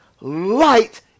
light